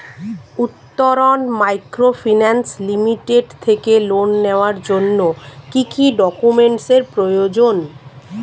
Uttaran microfinance limited থেকে loan নেওয়ার জন্য কি কি ডকুমেন্টস এর প্রয়োজন?